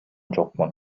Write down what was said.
жокмун